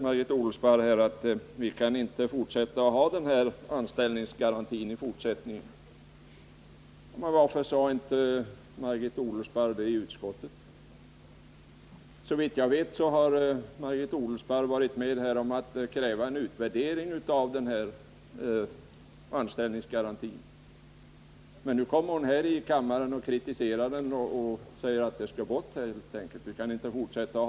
Margit Odelsparr säger vidare att vi inte kan ha kvar anställningsgarantin i fortsättningen. Varför sade inte Margit Odelsparr det i utskottet? Såvitt jag vet har Margit Odelsparr varit med om att kräva en utvärdering av anställningsgarantin. Nu kommer hon i kammaren och kritiserar den och säger att den helt enkelt skall bort.